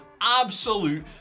absolute